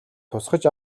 тусгаж